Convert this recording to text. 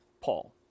Paul